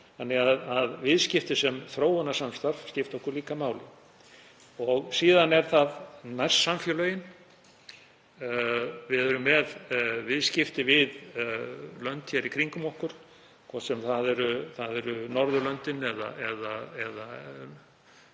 efnum. Viðskipti sem þróunarsamstarf skipta okkur líka máli. Síðan eru það nærsamfélögin. Við erum með viðskipti við lönd hér í kringum okkur, hvort sem það eru Norðurlöndin eða